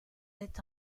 est